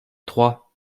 trois